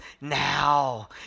now